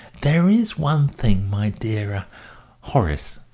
there is one thing, my dear er horace,